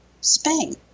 Spain